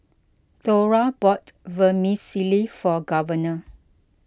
Thora bought Vermicelli for Governor